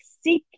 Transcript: seeking